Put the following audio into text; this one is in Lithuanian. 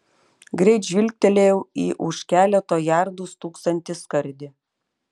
greit žvilgtelėjau į už keleto jardų stūksantį skardį